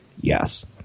Yes